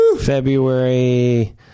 February